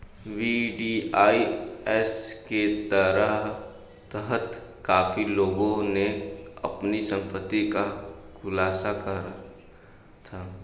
VDIS के तहत काफी लोगों ने अपनी संपत्ति का खुलासा करा था